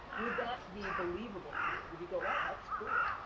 would that be believable to you? would you go, wow, that's cool?